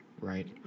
right